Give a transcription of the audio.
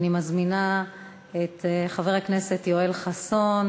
אני מזמינה את חבר הכנסת יואל חסון